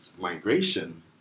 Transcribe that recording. migration